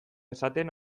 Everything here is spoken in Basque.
esaten